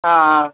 ஆ ஆ